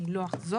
אני לא אחזור,